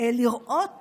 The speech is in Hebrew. לראות